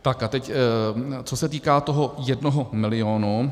A teď co se týká toho jednoho milionu.